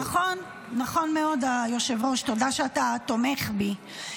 נכון, נכון מאוד, היושב-ראש, תודה שאתה תומך בי.